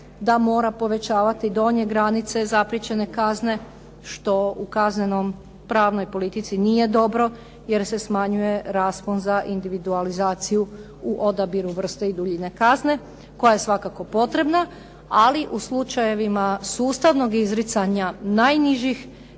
da mora povećavati donje granice, zapriječene kazne, što u kaznenoj pravnoj politici nije dobro jer se smanjuje raspon za individualizaciju u odabiru vrste i duljine kazne koja je svakako potrebna ali u slučajevima sustavnog izricanja najnižih